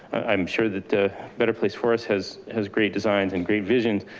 i'm sure that a better place forest has has great designs and great visions,